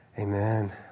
Amen